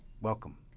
Welcome